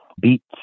beats